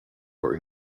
for